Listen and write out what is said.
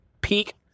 peak